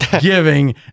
giving